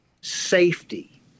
safety